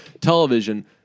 television